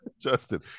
Justin